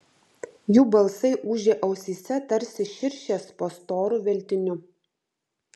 jų balsai ūžė ausyse tarsi širšės po storu veltiniu